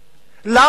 למה לא